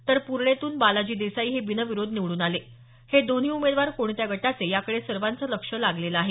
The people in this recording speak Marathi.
तर पूर्णेतून बालाजी देसाई हे बिनविरोध निवडून आले हे दोन्ही उमेदवार कोणत्या गटाचे याकडे सर्वांचं लक्ष लागलेलं आहे